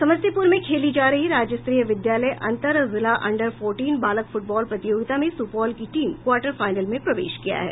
समस्तीपुर में खेली जा रही राज्य स्तरीय विद्यालय अंतर जिला अंडर फोरटिम बालक फूटबॉल प्रतियोगिता में सुपौल की टीम क्वार्टर फाईनल में प्रवेश किया है